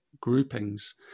groupings